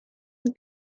een